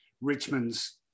Richmond's